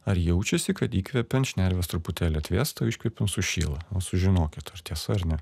ar jaučiasi kad įkvepiant šnervės truputėlį atvėsta o iškvepiant sušyla o sužinokit ar tiesa ar ne